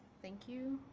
thank you.